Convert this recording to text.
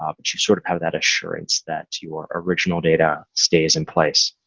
um but you sort of have that assurance that your original data stays in place.